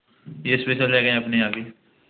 ये स्पेसल जगह हैं अपने यहाँ की